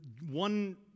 one